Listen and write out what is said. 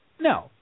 No